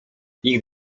ich